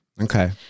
Okay